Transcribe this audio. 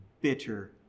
bitter